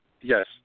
yes